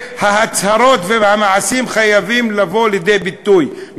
וההצהרות חייבות לבוא לידי ביטוי.